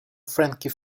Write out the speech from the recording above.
frankie